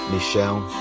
Michelle